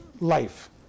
life